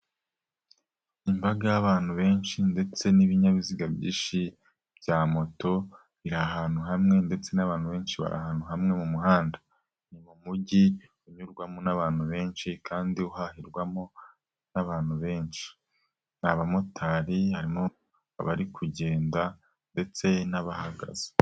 Imbaga y'abantu benshi ndetse n'ibinyabiziga byinshi bya moto, biri ahantu hamwe ndetse n'abantu benshi bari ahantu hamwe mu muhanda, ni mu mujyi unyurwamo n'abantu benshi kandi uhahirwamo n'abantu benshi, ni abamotari harimo abari kugenda ndetse n'abahagaze.